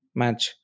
match